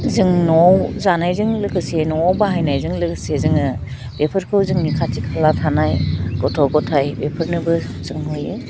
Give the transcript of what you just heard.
जों न'वाव जानायजों लोगोसे न'वाव बाहायनायजों लोगोसे जोङो बेफोरखौ जोंनि खाथि खाला थानाय गथ' ग'थाइ बेफोरनोबो जों हैयो